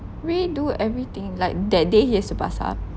redo everything like that day he has to pass up